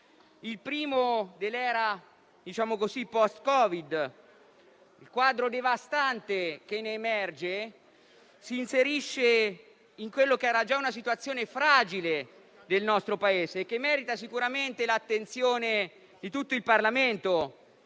il primo dell'era post-Covid. Il quadro devastante che ne emerge si inserisce in una situazione di fragilità per il nostro Paese, che merita sicuramente l'attenzione di tutto il Parlamento